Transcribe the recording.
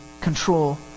control